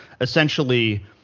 essentially –